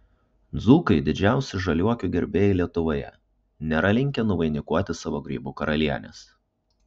dzūkai didžiausi žaliuokių gerbėjai lietuvoje nėra linkę nuvainikuoti savo grybų karalienės